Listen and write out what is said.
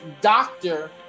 doctor